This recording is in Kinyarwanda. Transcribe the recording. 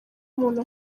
umuntu